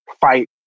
fight